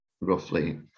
Roughly